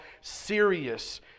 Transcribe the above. serious